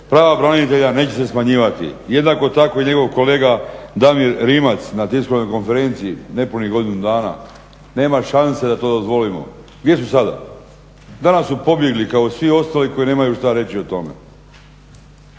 prava branitelja neće se smanjivati, jednako tako i njegov kolega Damir Rimac na tiskovnoj konferenciji, nepunih godinu dana, nema šanse da to dozvolimo. Gdje su sada? Danas su pobjegli kao i svi ostali koji nemaju što reći o tome.